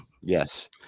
Yes